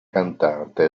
cantante